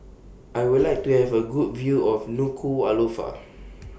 I Would like to Have A Good View of Nuku'Alofa